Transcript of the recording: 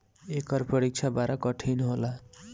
एकर परीक्षा बड़ा कठिन होला